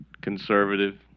conservative